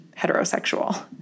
heterosexual